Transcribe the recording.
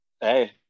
Hey